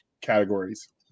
categories